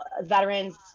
veterans